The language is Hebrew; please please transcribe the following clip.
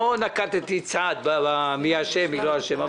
לא נקטתי צד בשאלה מי אשם או מי לא אשם.